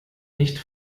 nicht